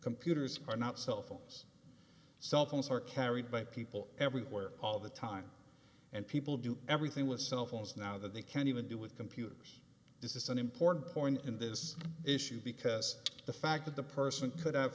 computers are not cell phones cell phones are carried by people everywhere all the time and people do everything with cell phones now that they can even do with computers this is an important point in this issue because the fact that the person